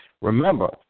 remember